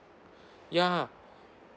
ya